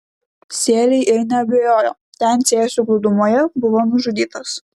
sėliai ir neabejojo ten cėsių glūdumoje buvo nužudytas